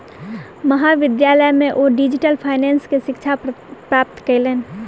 महाविद्यालय में ओ डिजिटल फाइनेंस के शिक्षा प्राप्त कयलैन